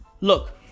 look